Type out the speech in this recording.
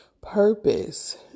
purpose